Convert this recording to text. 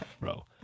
bro